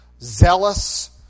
zealous